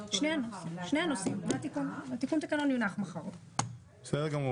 ההצעה לתיקון תקנון הכנסת בדבר הקמת